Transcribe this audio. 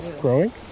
growing